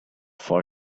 for